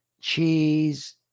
cheese